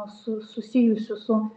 su susijusių su